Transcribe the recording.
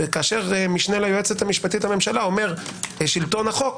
כאשר המשנה ליועצת המשפטית לממשלה אומר שלטון החוק,